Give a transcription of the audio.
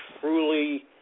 truly